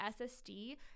SSD